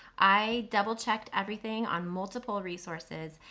i double-checked everything on multiple resources.